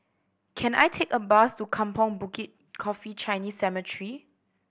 can I take a bus to Kampong Bukit Coffee Chinese Cemetery